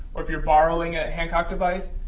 or if you're borrowing a hancock device,